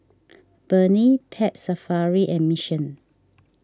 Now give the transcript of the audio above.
Burnie Pet Safari and Mission